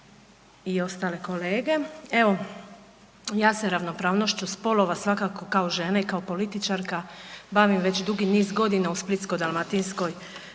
i ostali kolege, evo ja se ravnopravnošću spolova svakako kao žena i kao političarka bavim već dugi niz godina u Splitsko-dalmatinskoj